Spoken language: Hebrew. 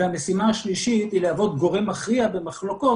והמשימה השלישית היא להוות גורם מכריע במחלוקות